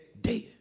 dead